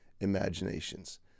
imaginations